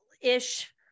ish